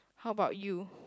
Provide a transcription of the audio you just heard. how about you